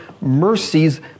mercies